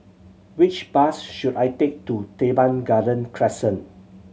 which bus should I take to Teban Garden Crescent